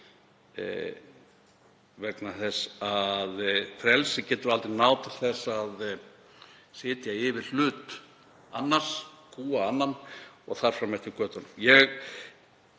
vegna þess að frelsi getur aldrei náð til þess að sitja yfir hlut annars, kúga annan og þar fram eftir götunum. Ég